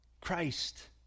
Christ